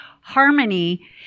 harmony